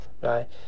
right